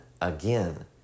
again